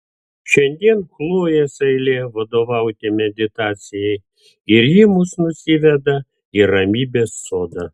šiandien chlojės eilė vadovauti meditacijai ir ji mus nusiveda į ramybės sodą